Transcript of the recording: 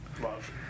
love